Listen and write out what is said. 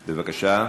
בבקשה.